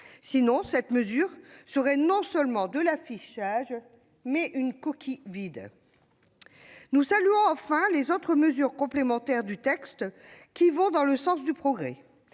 Sinon, cette mesure serait non seulement de l'affichage, mais une coquille vide. Nous saluons, enfin, les autres mesures complémentaires du texte, qui vont dans le sens du progrès,